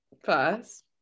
first